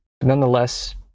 Nonetheless